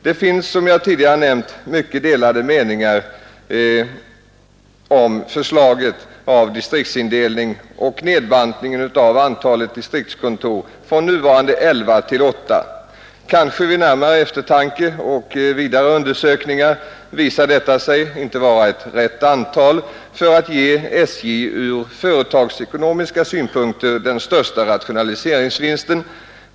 Det råder, som jag tidigare nämnt, mycket delade meningar om förslaget till distriktsindelning, och nedbantningen av antalet distriktskontor från nuvarande elva till just åtta kanske vid närmare eftertanke och undersökningar icke visar sig vara riktig för att ge SJ ur företagsekonomiska synpunkter den största rationaliseringsvinsten.